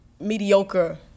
mediocre